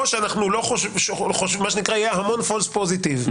מה שנקרא, יהיה המון פולס פוזיטיב.